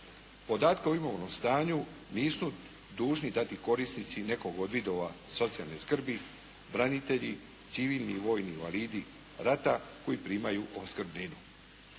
Podatke o imovnom stanju nisu dužni dati korisnici nekog od vidova socijalne skrbi, branitelji, civilni vojni invalidi rata koji primaju opskrbninu.